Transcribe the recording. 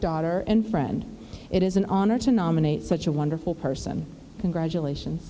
daughter and friend it is an honor to nominate such a wonderful person congratulations